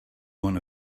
want